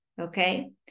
Okay